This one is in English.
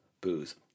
booze